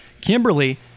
kimberly